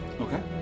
Okay